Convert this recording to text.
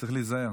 צריך להיזהר.